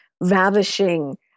ravishing